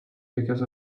because